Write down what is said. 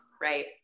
right